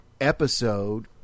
episode